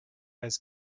has